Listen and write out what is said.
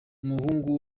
umuhungu